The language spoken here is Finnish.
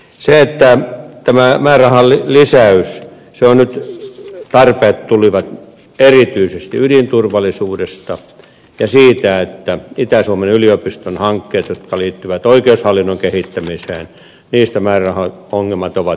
se että tämä määrä alit tämän määrärahalisäyksen tarpeet tulivat erityisesti ydinturvallisuudesta ja siitä että itä suomen yliopiston hankkeissa jotka liittyvät oikeushallinnon kehittämiseen on määrärahaongelmia